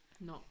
no